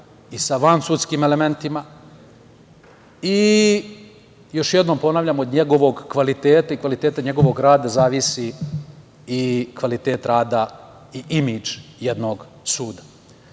i sa vansudskim elementima i, još jednom ponavljam, od njegovog kvaliteta i kvaliteta njegovog rada zavisi i kvalitet rada i imidž jednog suda. Mi